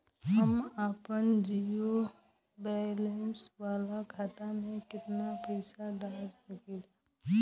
हम आपन zero balance वाला खाता मे केतना पईसा डाल सकेला?